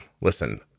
listen